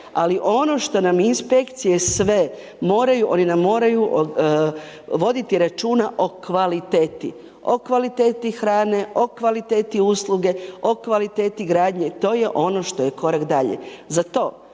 ali ono što nam inspekcije sve moraju, oni nam moraju voditi računa o kvaliteti, o kvaliteti hrane, o kvaliteti usluge, o kvaliteti gradnje, to je ono što je korak dalje.